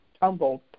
tumbled